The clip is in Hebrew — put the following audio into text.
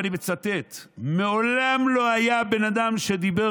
ואני מצטט: מעולם לא היה בן אדם שדיבר